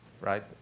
right